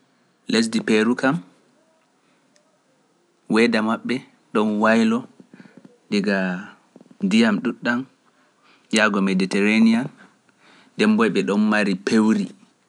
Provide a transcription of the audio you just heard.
Lesdi Perukam weeda mabɓe ɗon waylo diga ndiyam ɗuuɗɗam yaago meditereniyan nden mboyoɓe ɗon mari pewri